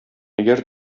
әгәр